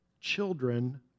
children